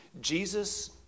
Jesus